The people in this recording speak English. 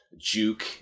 juke